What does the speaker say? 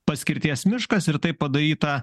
paskirties miškas ir tai padaryta